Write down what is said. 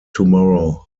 tomorrow